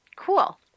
Cool